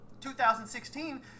2016